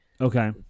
okay